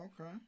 Okay